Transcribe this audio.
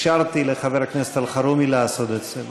אפשרתי לחבר הכנסת אלחרומי לעשות את זה.